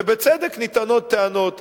ובצדק נטענות טענות.